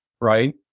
right